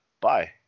bye